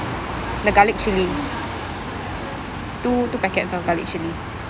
the garlic chilli two two packets of garlic chilli